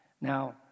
Now